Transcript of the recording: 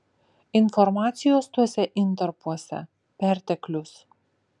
informacijos tuose intarpuose perteklius